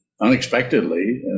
unexpectedly